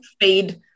fade